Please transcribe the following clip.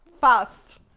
Fast